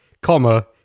comma